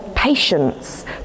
patience